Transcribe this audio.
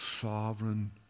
sovereign